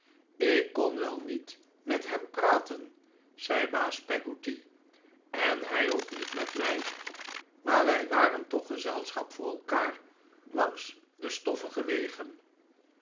ik kon wel niet met hem praten zei baas peggotty en hij ook niet met mij maar wij waren toch gezelschap voor elkaar langs de stoffige wegen